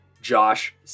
josh